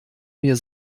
mir